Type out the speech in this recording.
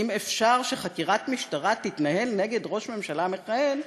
האם אפשר שחקירת משטרה תתנהל נגד ראש ממשלה מכהן,